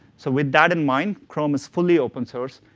so with that in mind, chrome is fully open source.